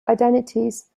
identities